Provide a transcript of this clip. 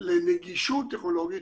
לנגישות טכנולוגית,